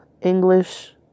English